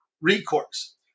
recourse